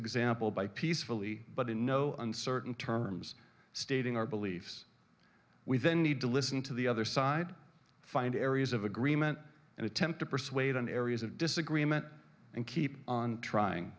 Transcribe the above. example by peacefully but in no uncertain terms stating our beliefs we then need to listen to the other side find areas of agreement and attempt to persuade on areas of disagreement and keep on trying